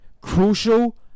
crucial